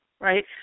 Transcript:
right